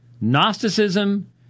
Gnosticism